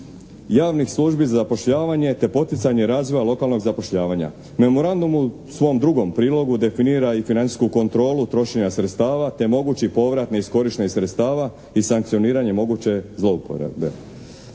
Javnih službi za zapošljavanje te poticanje razvoja lokalnog zapošljavanja. Memorandum u svom drugom prilogu definira i financijsku kontrolu trošenja sredstava te mogući povrat neiskorištenih sredstava i sankcioniranje moguće zlouporabe.